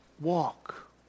Walk